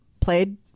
played